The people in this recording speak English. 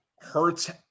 hurts